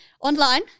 online